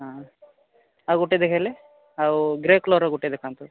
ହଁ ଆଉ ଗୋଟେ ଦେଖାଇଲେ ଆଉ ଗ୍ରେ କଲର୍ର ଗୋଟେ ଦେଖାନ୍ତୁ